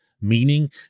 meaning